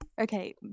Okay